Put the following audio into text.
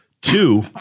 Two